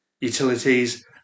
utilities